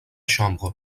chambre